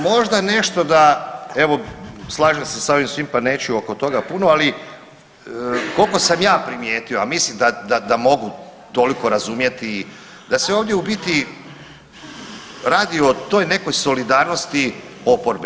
Ma možda nešto da evo slažem se sa ovim svim, pa neću oko toga puno ali koliko sam ja primijetio, a mislim da mogu toliko razumjeti, da se ovdje u biti radi o toj nekoj solidarnosti oporbe.